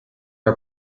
are